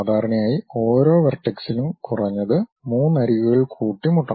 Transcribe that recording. സാധാരണയായി ഓരോ വെർടെക്സിലും കുറഞ്ഞത് 3 അരികുകൾ കൂട്ടി മുട്ടണം